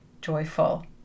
joyful